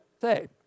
say